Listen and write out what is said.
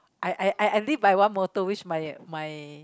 I I I I live by one moto which my my